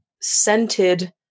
scented